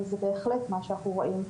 אבל זה בהחלט מה שאנחנו רואים,